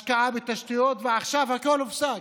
השקעה בתשתיות, ועכשיו הכול הופסק.